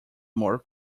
more